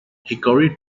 hickory